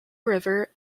river